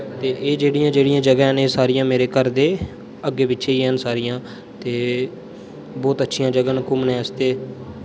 ते एह् जेह्ड़िया जेह्ड़िया जगहा न एह् सारियां मेरे घर दे अग्गे पीछे गे न सारियां ते बोह्त अच्छियां जगहा न घूमने आस्तै